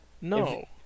No